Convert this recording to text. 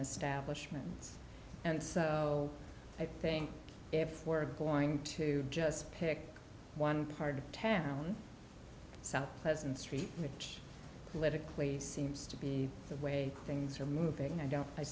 establishment and so i think if we're going to just pick one part of town south pleasant street which politically seems to be the way things are moving and i don't i